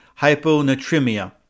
hyponatremia